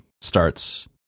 starts